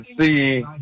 see